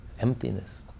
emptiness